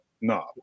No